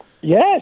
Yes